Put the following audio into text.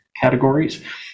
categories